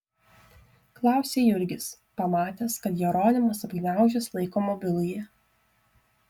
klausia jurgis pamatęs kad jeronimas apgniaužęs laiko mobilųjį